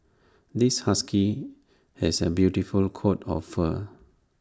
this husky has A beautiful coat of fur